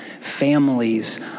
families